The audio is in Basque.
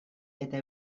eta